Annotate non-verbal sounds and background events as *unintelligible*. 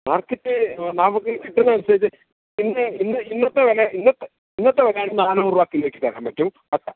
market നമുക്ക് കിട്ടുന്നതിനനുസരിച്ച് ഇന്ന് ഇന്ന് ഇന്നത്തെ വില ഇന്നത്തെ ഇന്നത്തെ വില നാനൂറ് രൂപ കിലോയ്ക്കു തരാൻ പറ്റും *unintelligible*